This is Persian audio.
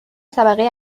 طبقه